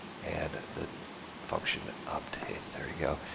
and the function updates, there you go.